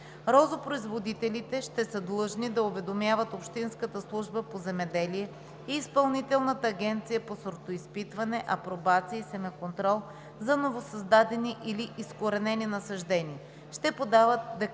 Розопроизводителите ще са длъжни да уведомяват общинската служба по земеделие и Изпълнителната агенция по сортоизпитване, апробация и семеконтрол за новосъздадени или изкоренени насаждения. Ще подават и декларация